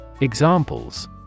Examples